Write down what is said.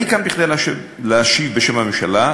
אני כאן כדי להשיב בשם הממשלה,